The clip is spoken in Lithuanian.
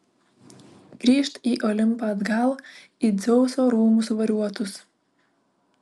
grįžt į olimpą atgal į dzeuso rūmus variuotus